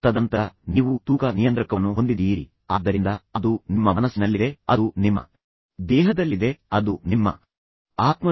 ತದನಂತರ ನೀವು ತೂಕ ನಿಯಂತ್ರಕವನ್ನು ಹೊಂದಿದ್ದೀರಿ ಆದ್ದರಿಂದ ಅದು ನಿಮ್ಮ ಮನಸ್ಸಿನಲ್ಲಿದೆ ಅದು ನಿಮ್ಮ ದೇಹದಲ್ಲಿದೆ ಅದು ನಿಮ್ಮ ಆತ್ಮದಲ್ಲಿದೆ